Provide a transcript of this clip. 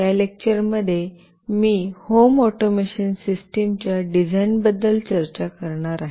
या लेक्चर मध्ये मी होम ऑटोमेशन सिस्टम च्या डिझाइनबद्दल चर्चा करणार आहे